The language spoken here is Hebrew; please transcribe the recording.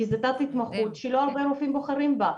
כי זו תת התמחות שלא הרבה רופאים בוחרים בה.